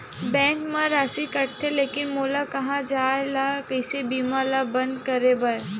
Bank मा राशि कटथे लेकिन मोला कहां जाय ला कइसे बीमा ला बंद करे बार?